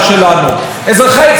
די כבר עם הבכיינות הזו.